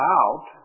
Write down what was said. out